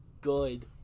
good